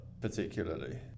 particularly